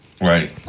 Right